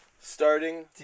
starting